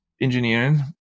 engineering